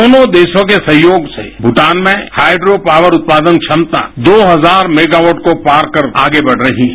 दोनों देगों के सहयोग से भूटान में हाइड्रो पावर उत्पादन क्षमता दो हजार मेगावॉट को पार कर आगे बढ़ रही है